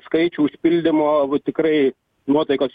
skaičių užpildymo tikrai nuotaikos